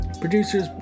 Producers